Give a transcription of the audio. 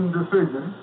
decision